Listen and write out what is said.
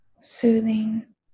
soothing